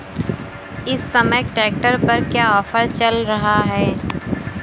इस समय ट्रैक्टर पर क्या ऑफर चल रहा है?